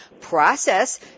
process